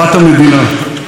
באהבת הציונות,